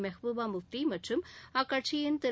மெஹபூபா முப்தி மற்றும் அக்கட்சியிள் திரு